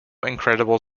incredible